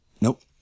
Nope